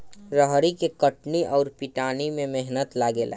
रहरी के कटनी अउर पिटानी में मेहनत लागेला